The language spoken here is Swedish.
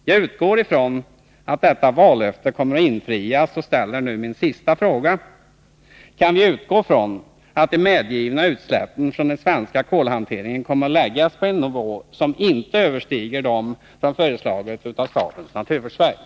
Jag utgår från att detta vallöfte kommer att infrias och ställer nu min sista fråga: Kan vi utgå från att de medgivna utsläppen från den svenska kolanvändningen kommer att läggas på en nivå som inte överstiger den som föreslagits av statens naturvårdsverk?